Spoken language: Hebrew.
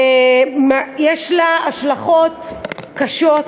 יש לה השלכות קשות,